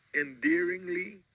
endearingly